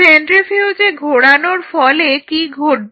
সেন্ট্রিফিউজে ঘোরানোর ফলে কি ঘটবে